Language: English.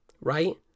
right